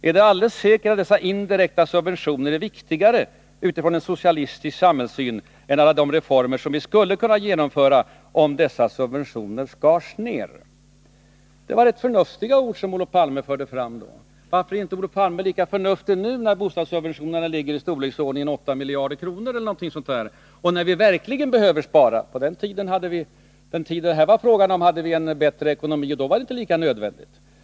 Är det alldeles säkert att dessa indirekta subventioner är viktigare utifrån en socialistisk samhällssyn än alla de reformer som vi skulle kunna genomföra om dessa subventioner skars ner? Det var rätt förnuftiga ord som Olof Palme förde fram då. Varför är Olof Palme inte lika förnuftig nu, när bostadssubventionerna ligger i storleksordningen 8 miljarder kronor eller något sådant och när vi verkligen behöver spara? På den tid som det här var fråga om hade Sverige en bättre ekonomi, och då var det inte lika nödvändigt.